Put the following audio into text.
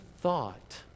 thought